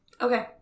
okay